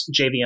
JVM